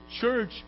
church